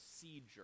procedure